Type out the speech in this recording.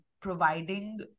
providing